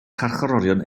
carcharorion